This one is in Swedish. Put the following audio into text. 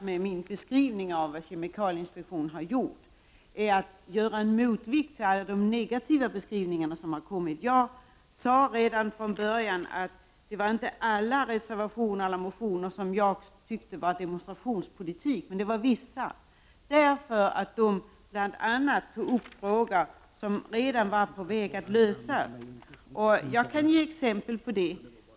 Med min beskrivning av vad kemikalieinspektionen har gjort har jag velat åstadkomma en motvikt till alla de negativa beskrivningar som gjorts. Jag sade från början att det inte var alla motioner och reservationer som jag tyckte var demonstrationspolitik utan bara vissa, som bl.a. tog upp frågor som redan var på väg att lösas. Jag kan ge exempel på det.